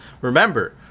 remember